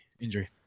injury